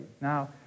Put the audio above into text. Now